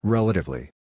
Relatively